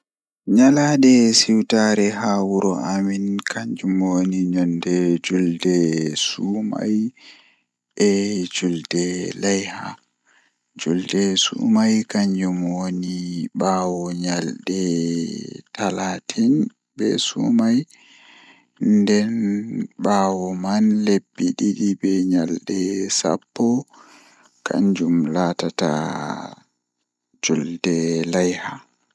Nyalade siwtaare haa wuro amin kanjum woni nyande julde sulai e julde laiha julde sumai kanjum woni baawo nyalde talatin be sumai nden bawo mai lebbi didi be julde sumai nden laatata julde laiha